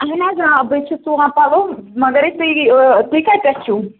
اَہَن حظ آ بٕے چھَس سُوان پَلو مگر تُہۍ تُہۍ کَتہِ پٮ۪ٹھ چھُو